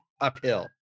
uphill